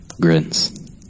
grins